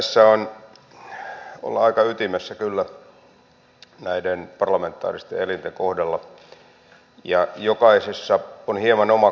tässä ollaan kyllä aika ytimessä näiden parlamentaaristen elinten kohdalla ja jokaisessa on hieman oma kulttuurinsa